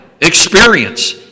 experience